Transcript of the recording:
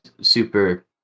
super